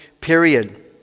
period